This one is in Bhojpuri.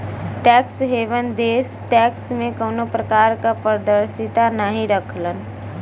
टैक्स हेवन देश टैक्स में कउनो प्रकार क पारदर्शिता नाहीं रखलन